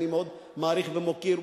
שאני מאוד מעריך ומוקיר,